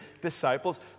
disciples